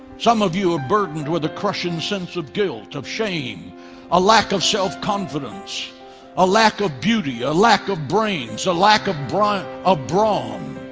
some of you are burdened with a crushing sense of guilt of shame a lack of self-confidence a lack of beauty a lack of brains a lack of brawn of brawn